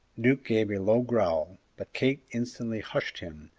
duke gave a low growl, but kate instantly hushed him,